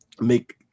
make –